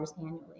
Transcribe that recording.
annually